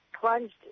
plunged